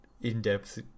in-depth